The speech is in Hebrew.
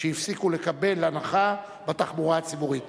הפסיקו לקבל הנחה בתחבורה הציבורית.